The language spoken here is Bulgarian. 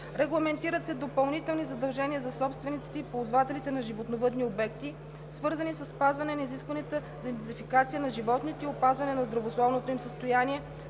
Регламентират се допълнителни задължения за собствениците и ползвателите на животновъдни обекти, свързани със спазване на изискванията за идентификация на животните и опазване на здравословното им състояние;